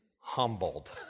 humbled